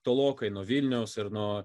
tolokai nuo vilniaus ir nuo